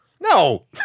No